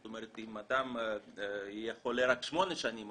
זאת אומרת אם אדם יהיה חולה רק שמונה שנים,